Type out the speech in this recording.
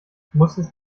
musstest